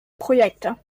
projekte